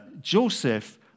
Joseph